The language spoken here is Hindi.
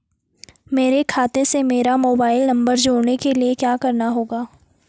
मेरे खाते से मेरा मोबाइल नम्बर जोड़ने के लिये क्या करना होगा?